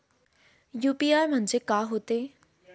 UPI म्हणजे का होते?